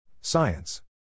Science